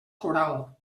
coral